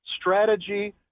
strategy